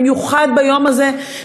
במיוחד ביום הזה,